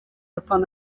upon